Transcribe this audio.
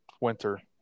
Winter